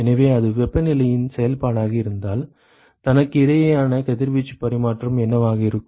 எனவே அது வெப்பநிலையின் செயல்பாடாக இருந்தால் தனக்கு இடையேயான கதிர்வீச்சு பரிமாற்றம் என்னவாக இருக்கும்